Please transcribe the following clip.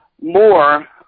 more